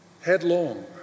headlong